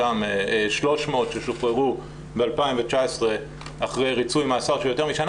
אותם 300 ששוחררו ב-2019 אחרי ריצוי מאסר של יותר משנה,